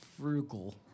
frugal